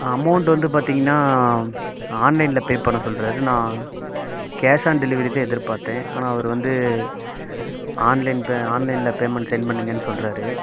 amount வந்து பார்த்திங்கன்னா ஆன்லைன்ல பே பண்ண சொல்கிறாரு நா கேஷ் ஆன் டெலிவரி தான் எதிர்பார்த்தேன் ஆனால் அவர் வந்து ஆன்லைன் பே ஆன்லைன்ல பேமெண்ட் சென்ட் பண்ணுங்கனு சொல்கிறாரு